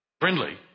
friendly